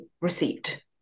received